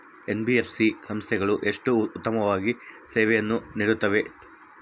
NBFC ಸಂಸ್ಥೆಗಳು ಎಷ್ಟು ಉತ್ತಮವಾಗಿ ಸೇವೆಯನ್ನು ನೇಡುತ್ತವೆ?